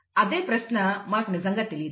అదే ప్రశ్న మనకు నిజంగా తెలియదు